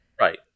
Right